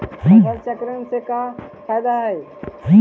फसल चक्रण से का फ़ायदा हई?